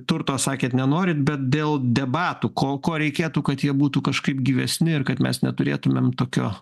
turto sakėt nenorit bet dėl debatų ko ko reikėtų kad jie būtų kažkaip gyvesni ir kad mes neturėtumėm tokio